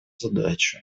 задачу